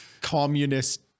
communist